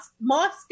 moscow